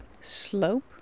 slope